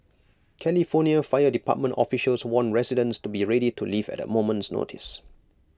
California fire department officials warned residents to be ready to leave at A moment's notice